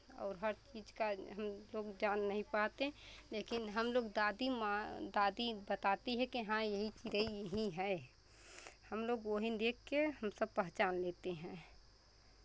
और हर चीज़ का हम लोग जान नहीं पाते लेकिन हम लोग दादी माँ दादी बताती है कि हाँ यही चिड़ै यही है हम लोग वही देख के हम सब पहचान लेते हैं